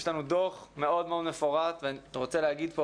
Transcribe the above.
יש פה דוח מאוד מאוד מפורט ואני רוצה להגיד פה,